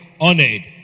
honored